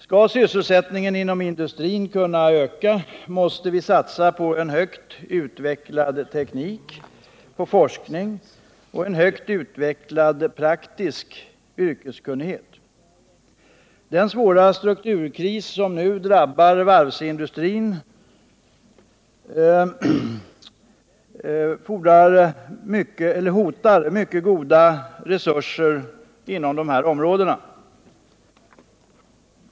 Skall sysselsättningen inom industrin kunna öka, måste vi satsa på en högt utvecklad teknik, på forskning och på en långt driven praktisk yrkeskunnighet. Den svåra strukturkris som nu drabbar varvsindustrin hotar mycket goda resurser inom dessa områden.